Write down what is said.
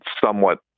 somewhat